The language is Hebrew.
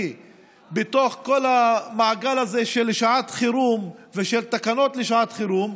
בתוך כל המעגל הזה של שעת חירום ושל תקנות לשעת חירום,